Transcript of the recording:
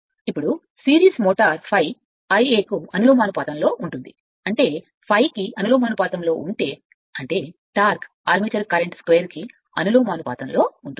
ఇప్పుడు series motor ∅ కు అనులోమానుపాతంలో ఉంటుంది అంటే ∅ కు అనులోమానుపాతంలో ఉంటే అంటే ఆర్మేచర్ కరెంట్ స్క్వేర్కు అనులోమానుపాతంలో టార్క్